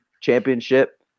Championship